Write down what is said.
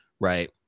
right